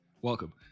Welcome